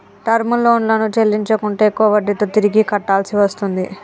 term లోన్లను చెల్లించకుంటే ఎక్కువ వడ్డీతో తిరిగి కట్టాల్సి వస్తుంది